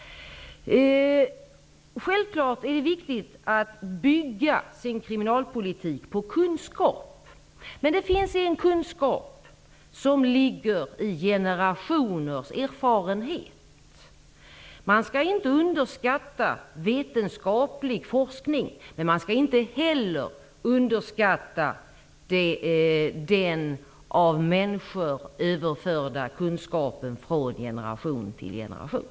Självfallet är det viktigt att bygga sin kriminalpolitik på kunskap. Men det finns en kunskap som ligger i generationers erfarenheter. Man skall inte underskatta vetenskaplig forskning, men man skall inte heller underskatta den av människor överförda kunskapen från generation till generation.